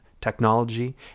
technology